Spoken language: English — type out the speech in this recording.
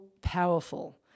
powerful